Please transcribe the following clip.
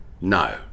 No